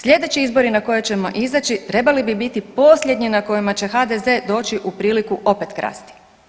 Sljedeći izbori na koje ćemo izaći trebali bi biti posljednji na kojima će HDZ doći u priliku opet krasti.